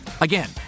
Again